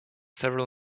several